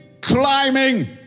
climbing